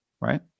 right